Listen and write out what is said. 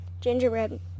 gingerbread